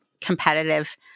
competitive